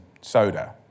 soda